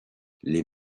les